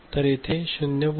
तर येथे 0